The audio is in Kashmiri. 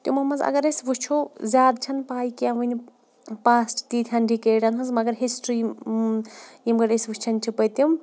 تِمو منٛز اگر أسۍ وٕچھو زیادٕ چھَنہٕ پَے کینٛہہ وٕنہِ پاسٹ تیٖتۍ ہَن ڈِکیڈَن ہٕنٛز مگر ہِسٹرٛی ییٚمہِ گٔڑۍ أسۍ وٕچھان چھِ پٔتِم